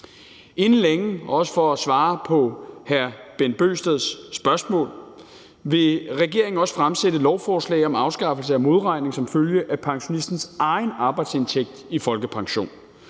Inden længe – også for at svare på hr. Bent Bøgsteds spørgsmål – vil regeringen også fremsætte et lovforslag om afskaffelse af modregning i folkepension som følge af pensionistens egen arbejdsindtægt. Det